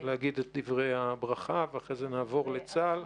להגיד את דברי הברכה ואחרי זה נעבור לצה"ל ולארגונים.